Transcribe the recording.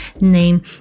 name